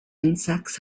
insects